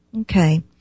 Okay